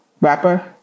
rapper